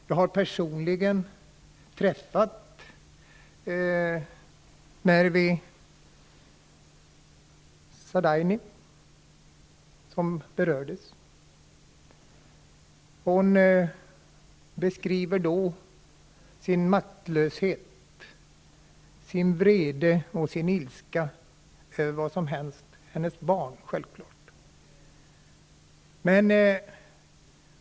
Jag har personligen träffat Mervi Sayadny som berördes. Hon beskriver sin maktlöshet, sin vrede och sin ilska över vad som hänt hennes barn.